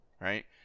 right